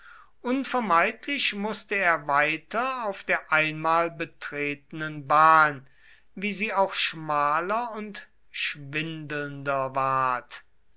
unvermeidlich mußte er weiter auf der einmal betretenen bahn wie sie auch schmaler und schwindelnder ward